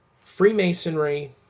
Freemasonry